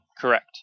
correct